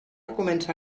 comença